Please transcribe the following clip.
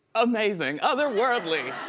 amazing, other-worldly.